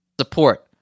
support